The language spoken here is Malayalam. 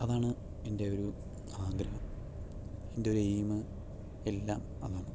അതാണ് എൻ്റെ ഒരു ആഗ്രഹം എൻ്റെ ഒരു എയിം എല്ലാം അതാണ്